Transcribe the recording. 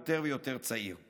יותר ויותר צעיר.